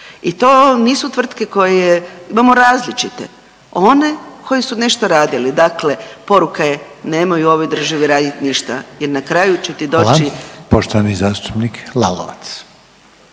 i to nisu tvrtke koje, imamo različite, one koje su nešto radili, dakle poruka je nemoj u ovoj državi radit ništa jer na kraju će ti